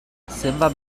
zenbat